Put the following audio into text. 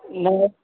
न